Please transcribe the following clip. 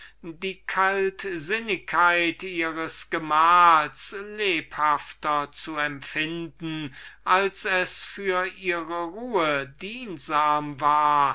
die kaltsinnigkeit ihres gemahls gegen sie lebhafter zu empfinden als es für ihre ruhe gut war